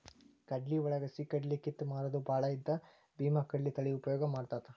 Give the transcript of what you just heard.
ಕಡ್ಲಿವಳಗ ಹಸಿಕಡ್ಲಿ ಕಿತ್ತ ಮಾರುದು ಬಾಳ ಇದ್ದ ಬೇಮಾಕಡ್ಲಿ ತಳಿ ಉಪಯೋಗ ಮಾಡತಾತ